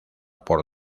por